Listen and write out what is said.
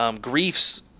Griefs